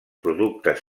productes